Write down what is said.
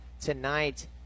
tonight